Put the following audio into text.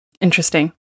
Interesting